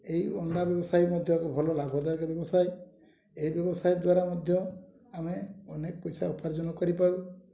ଏହି ଅଣ୍ଡା ବ୍ୟବସାୟୀ ମଧ୍ୟ ଭଲ ଲାଭଦାୟକ ବ୍ୟବସାୟ ଏହି ବ୍ୟବସାୟ ଦ୍ଵାରା ମଧ୍ୟ ଆମେ ଅନେକ ପଇସା ଉପାର୍ଜନ କରିପାରୁ